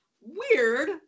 Weird